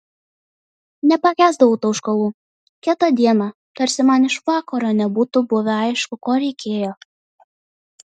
nepakęsdavau tauškalų kitą dieną tarsi man iš vakaro nebūtų buvę aišku ko reikėjo